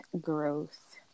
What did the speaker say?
growth